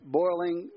boiling